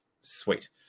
Sweet